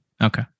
Okay